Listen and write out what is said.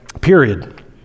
period